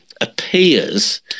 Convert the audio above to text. appears